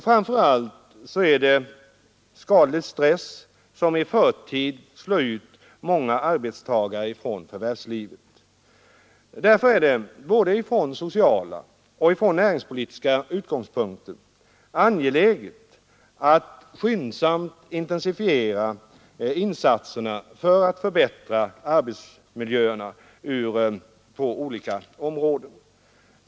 Framför allt är det skadlig stress som i förtid slår ut många arbetstagare från förvärvslivet. Därför är det från både sociala och näringspolitiska utgångspunkter angeläget att skyndsamt intensifiera insatserna för att förbättra arbetsmiljöerna på olika områden.